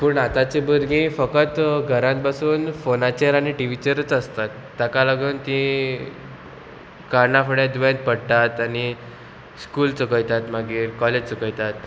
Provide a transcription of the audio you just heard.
पूण आतांची भुरगीं फकत घरांत बसून फोनाचेर आनी टिवीचेरच आसतात ताका लागून ती कारणां फुडें दुयेंत पडटात आनी स्कूल चुकयतात मागीर कॉलेज चुकयतात